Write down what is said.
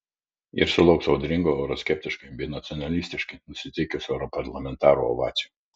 ir sulauks audringų euroskeptiškai bei nacionalistiškai nusiteikusių europarlamentarų ovacijų